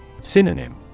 Synonym